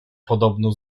podobno